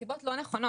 מסיבות לא נכונות.